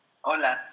Hola